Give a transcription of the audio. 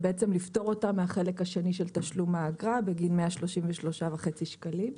ובעצם לפטור אותם מהחלק השני של תשלום האגרה בגין 133.5 שקלים.